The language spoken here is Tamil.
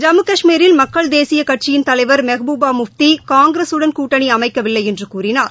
ஜம்மு கஷ்மீரில் மக்கள் தேசியக் கட்சியின் தலைவர் மெஹ்பூபாமுஃப்திகாங்கிரஸுடன் கூட்டணிஅமைக்கவில்லைஎன்றுகூறினார்